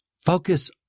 Focus